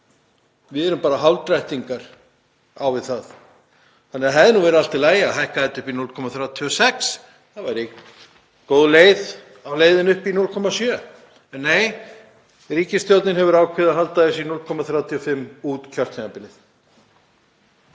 Við erum bara hálfdrættingar þannig að það hefði verið allt í lagi að hækka þetta upp í 0,36. Það væri góð leið á leiðinni upp í 0,7. En, nei, ríkisstjórnin hefur ákveðið að halda þessu í 0,35% út kjörtímabilið.